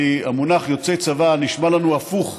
המונח "יוצא צבא" נשמע לנו הפוך,